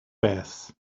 beth